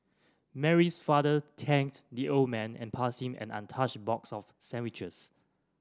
Mary's father thanked the old man and passed him an untouched box of sandwiches